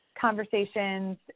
conversations